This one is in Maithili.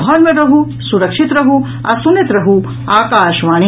घर मे रहू सुरक्षित रहू आ सुनैत रहू आकाशवाणी